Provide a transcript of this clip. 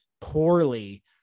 poorly